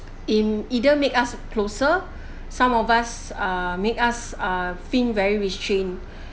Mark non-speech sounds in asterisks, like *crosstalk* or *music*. in either make us closer *breath* some of us uh make us uh fill very strained *breath*